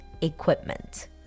equipment